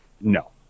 No